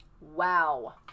Wow